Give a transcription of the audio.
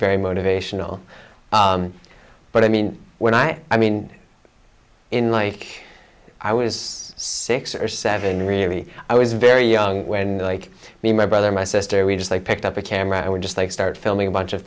very motivational but i mean when i i mean in like i was six or seven really i was very young when like me my brother my sister we just like picked up a camera and we just like start filming a bunch of